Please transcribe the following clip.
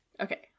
okay